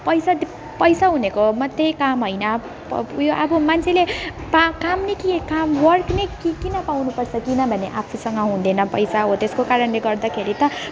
पैसा डि पैसा हुनेको मात्रै काम होइन प प उयो अब मान्छेले पा काम नै के काम वर्क नै किन पाउनुपर्छ किनभने आफूसँग हुँदैन पैसा हो त्यसको कारणले गर्दाखेरि त